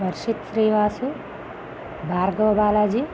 Varshith Srivasu Bhargav Balaji